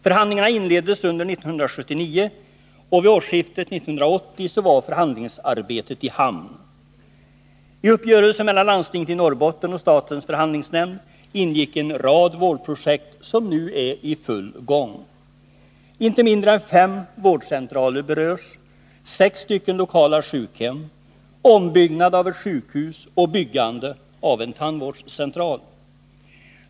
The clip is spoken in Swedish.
Förhandlingarna inleddes under 1979, och vid årsskiftet 1980 var förhandlingsarbetet i hamn. I uppgörelsen mellan landstinget i Norrbotten och statens förhandlingsnämnd ingick en rad vårdprojekt, som nu är i full gång. Inte mindre än fem vårdcentraler och sex lokala sjukhem berörs. Vidare omfattar uppgörelsen ombyggnad av ett sjukhus och byggande av en tandvårdscentral.